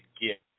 get